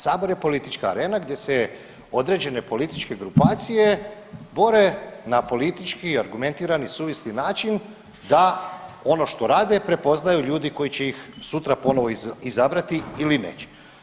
Sabor je politička arena gdje se određene političke grupacije bore na politički i argumentirani, suvisli način, da ono što rade, prepoznaju ljudi koji će ih sutra ponovo izabrati ili neće.